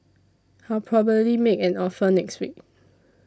I'll probably make an offer next week